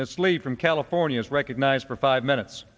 mislead from california is recognized for five minutes